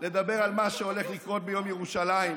לדבר על מה שהולך לקרות ביום ירושלים,